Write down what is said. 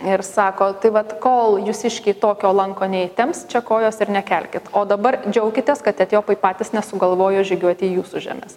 ir sako tai vat kol jūsiškiai tokio lanko neįtemps čia kojos ir nekelkit o dabar džiaukitės kad etiopai patys nesugalvojo žygiuoti į jūsų žemes